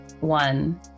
one